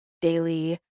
daily